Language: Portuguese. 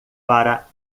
para